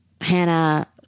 Hannah